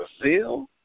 Brazil